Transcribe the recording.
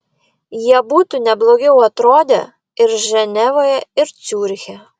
jie būtų ne blogiau atrodę ir ženevoje ar ciuriche